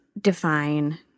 define